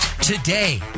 today